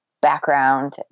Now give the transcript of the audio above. background